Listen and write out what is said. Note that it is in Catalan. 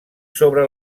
sobre